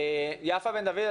יפה בן דוד,